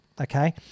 okay